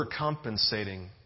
overcompensating